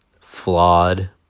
Flawed